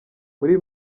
muri